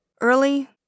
Early